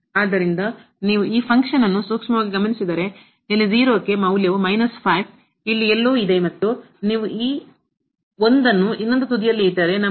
ಆದ್ದರಿಂದ ನೀವು ಈ ಫಂಕ್ಷನ್ ಅನ್ನು ಕಾರ್ಯವನ್ನು ಗಮನಿಸಿದರೆ ಇಲ್ಲಿ ಮೌಲ್ಯವು ಇಲ್ಲಿ ಎಲ್ಲೋ ಇದೆ ಮತ್ತು ನೀವು ಈ ಅನ್ನು ಇನ್ನೊಂದು ತುದಿಯಲ್ಲಿ ಇಟ್ಟರೆ ನಮಗೆ